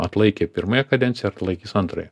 atlaikė pirmąją kadenciją atlaikys antrąją